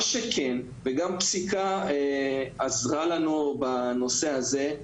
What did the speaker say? מה שכן, וגם פסיקה עזרה לנו בנושא הזה,